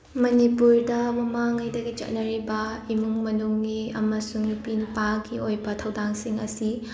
ꯃꯅꯤꯄꯨꯔꯗ ꯃꯃꯥꯡꯉꯩꯗꯒꯤ ꯆꯠꯅꯔꯤꯕ ꯏꯃꯨꯡ ꯃꯅꯨꯡꯒꯤ ꯑꯃꯁꯨꯡ ꯅꯨꯄꯤ ꯅꯨꯄꯥꯒꯤ ꯑꯣꯏꯕ ꯊꯧꯗꯥꯡꯁꯤꯡ ꯑꯁꯤ